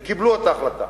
והם קיבלו את ההחלטה.